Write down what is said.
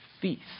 feast